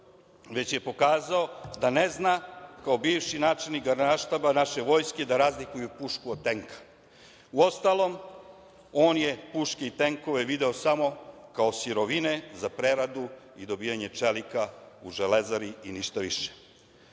već je pokazao da ne zna kao bivši načelnik Generalštaba naše Vojske da razlikuje pušku od tenka. Uostalom, on je puške i tenkove video samo kao sirovine za preradu i dobijanje čelika u Železari i ništa više.